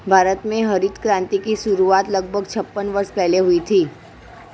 भारत में हरित क्रांति की शुरुआत लगभग छप्पन वर्ष पहले हुई थी